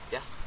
Yes